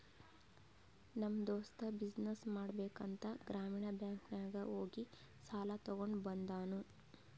ನಮ್ ದೋಸ್ತ ಬಿಸಿನ್ನೆಸ್ ಮಾಡ್ಬೇಕ ಅಂತ್ ಗ್ರಾಮೀಣ ಬ್ಯಾಂಕ್ ನಾಗ್ ಹೋಗಿ ಸಾಲ ತಗೊಂಡ್ ಬಂದೂನು